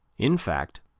in fact,